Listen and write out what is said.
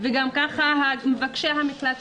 וגם ככה מבקשי המקלט,